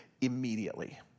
immediately